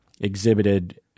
exhibited